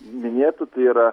minėtų tai yra